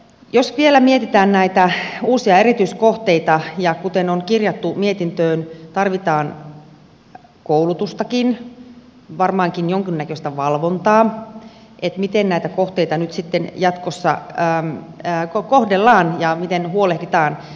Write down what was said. jos vielä mietitään näitä uusia erityiskohteita niin kuten on kirjattu mietintöön tarvitaan koulutustakin varmaankin jonkinnäköistä valvontaa miten näitä kohteita nyt sitten jatkossa kohdellaan ja miten huolehditaan